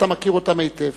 אתה מכיר היטב.